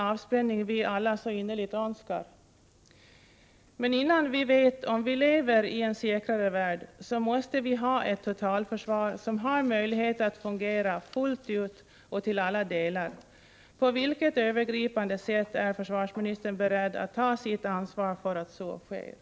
Besiktningsoch underhållsverksamheten kan inte bedrivas i önskvärd takt. ”Detta kan undergräva tilltron till skyddsrumssystemet”, skriver statens räddningsverk i programplanen.